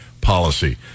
policy